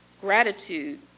Gratitude